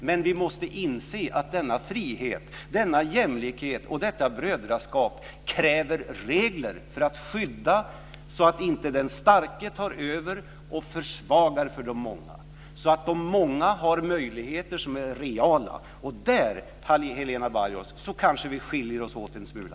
Men vi måste inse att denna frihet, denna jämlikhet och detta brödraskap kräver regler för att skydda så att inte den starke tar över och försvagar de många. Då får de många reala möjligheter. Där, Helena Bargholtz, kanske vi skiljer oss åt en smula.